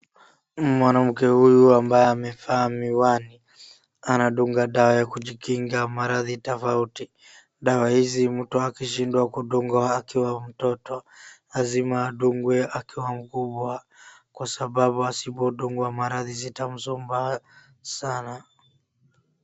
Mwanamke huyu ambaye amevaa miwani. Anadunga dawa ya kujikinga maradhi tofauti. Dawa hizi mtu akishindwa kudungwa akiwa mtoto, lazima adungwe akiwa mkubwa kwa sababu asipodungwa maradhi zitamsumbua sana.